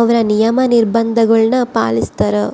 ಅವ್ರ ನಿಯಮ, ನಿರ್ಭಂಧಗುಳ್ನ ಪಾಲಿಸ್ತಾರ